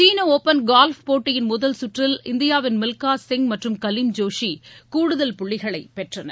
சீன open golf போட்டியின் முதல் கற்றில் இந்தியாவின் மில்கா சிங் மற்றும் கலிம் ஜோஷி கூடுதல் புள்ளிகளை பெற்றனர்